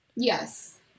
yes